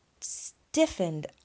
stiffened